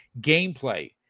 gameplay